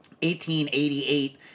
1888